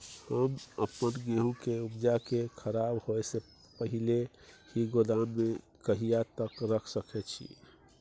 हम अपन गेहूं के उपजा के खराब होय से पहिले ही गोदाम में कहिया तक रख सके छी?